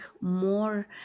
more